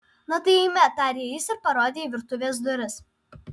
na tai eime tarė jis ir parodė į virtuvės duris